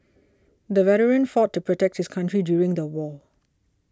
the veteran fought to protect his country during the war